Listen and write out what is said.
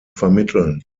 vermitteln